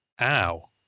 ow